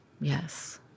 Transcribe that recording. Yes